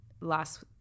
last